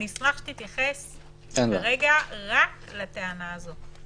אשמח שתתייחס כרגע רק לטענה הזאת.